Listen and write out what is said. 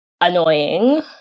annoying